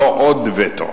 לא עוד וטו.